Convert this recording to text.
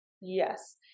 Yes